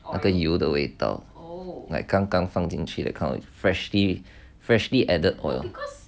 那个油的味道 like 刚刚放进去的 kind of freshly freshly added oil